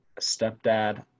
stepdad